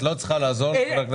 את לא צריכה לעזור לחבר הכנסת גפני.